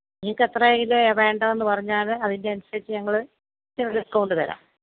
നിങ്ങൾക്ക് എത്ര കിലോയാ വേണ്ടതെന്ന് പറഞ്ഞാൽ അതിന്റെ അനുസരിച്ച് ഞങ്ങൾ ഇച്ചരെ ഡിസ്കൗണ്ട് തരാം